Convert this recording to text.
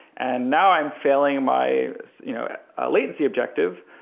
and now i'm failing my so you know ah latency objective.